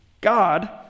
God